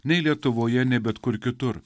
nei lietuvoje nei bet kur kitur